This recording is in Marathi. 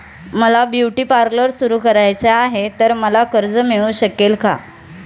मला ब्युटी पार्लर सुरू करायचे आहे तर मला कर्ज मिळू शकेल का?